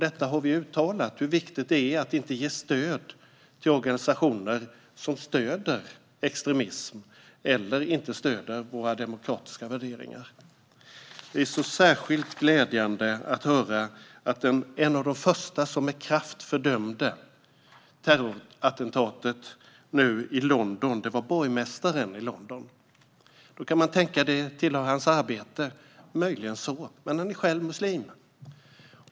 Vi har uttalat hur viktigt det är att inte ge stöd till organisationer som stöder extremism eller som inte stöder våra demokratiska värderingar. Det är särskilt glädjande att höra att en av de första som med kraft fördömde terrorattentatet i London nyligen var borgmästaren. Man kan tänka att det tillhör hans arbete, och det gör det möjligen. Men han är själv muslim.